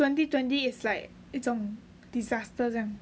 twenty twenty is like 一种 disaster 这样